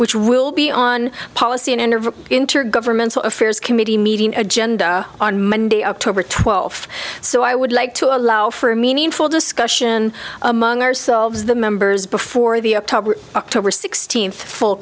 which will be on policy interview intergovernmental affairs committee meeting agenda on monday october twelfth so i would like to allow for meaningful discussion among ourselves the members before the october sixteenth full